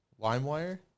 LimeWire